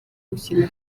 gukina